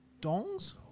Dongs